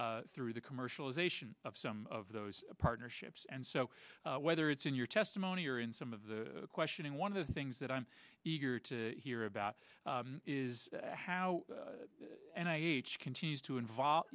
d through the commercialization of some of those partnerships and so whether it's in your testimony or in some of the questioning one of the things that i'm eager to hear about is how and continues to evolve